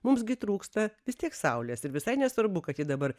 mums gi trūksta vis tiek saulės ir visai nesvarbu kad ji dabar